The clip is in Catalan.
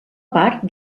part